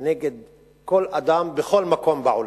נגד כל אדם בכל מקום בעולם.